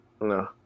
No